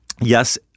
Yes